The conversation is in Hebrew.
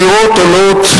מחירי הדירות עולים,